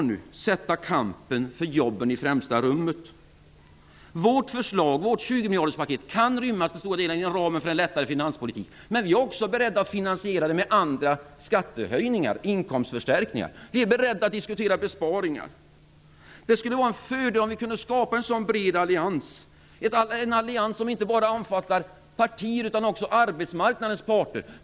Vi måste sätta kampen för jobben i främsta rummet. Vårt 20-miljarderspaket kan till stora delar rymmas inom ramen för en lättare finanspolitik. Men vi är också beredda att finansiera med andra skattehöjningar och inkomstförstärkningar. Vi är beredda att diskutera besparingar. Det skulle vara en fördel om vi kunde skapa en sådan bred allians som inte bara omfattar partier utan också arbetsmarknadens parter.